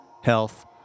health